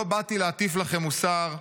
לא באתי להטיף לכם מוסר,